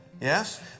Yes